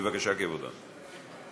בבקשה, כבודו.